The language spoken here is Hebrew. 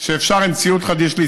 שאפשר לנסוע בה עם ציוד חדיש.